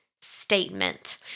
statement